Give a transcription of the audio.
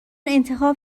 انتخاب